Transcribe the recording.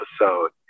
episode